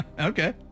Okay